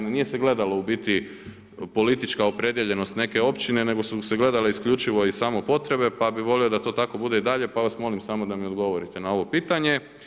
Nije se gledalo u biti politička opredijeljenost neke općine nego su se gledale isključivo iz samopotrebe pa bi volio da to tako bude i dalje, pa vas molim samo da mi odgovorite na ovo pitanje.